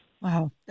Wow